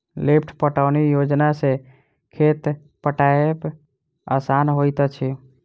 lift पटौनी योजना सॅ खेत पटायब आसान होइत अछि